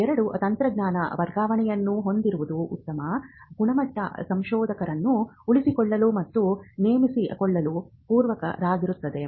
2 ತಂತ್ರಜ್ಞಾನ ವರ್ಗಾವಣೆಯನ್ನು ಹೊಂದಿರುವುದು ಉತ್ತಮ ಗುಣಮಟ್ಟದ ಸಂಶೋಧಕರನ್ನು ಉಳಿಸಿಕೊಳ್ಳಲು ಮತ್ತು ನೇಮಿಸಿಕೊಳ್ಳಲು ಪೂರಕವಾಗಿರುತ್ತದೆ